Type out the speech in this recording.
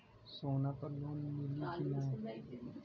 सोना पर लोन मिली की ना?